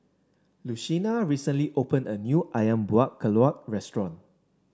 Lucina recently opened a new ayam Buah Keluak restaurant